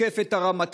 תוקף את הרמטכ"ל,